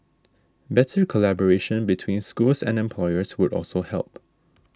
better collaboration between schools and employers would also help